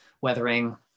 weathering